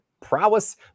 prowess